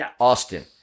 Austin